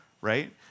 right